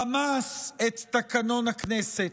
רמס את תקנון הכנסת,